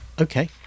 okay